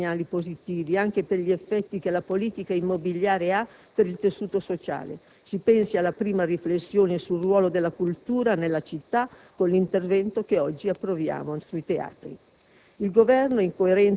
Già oggi cogliamo segnali positivi, anche per gli effetti che la politica immobiliare ha per il tessuto sociale: si pensi alla prima riflessione sul ruolo della cultura nelle città con l'intervento che oggi approviamo sui teatri.